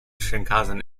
shinkansen